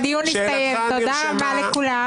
תגיד עכשיו, הדיון הסתיים, תודה רבה לכולם.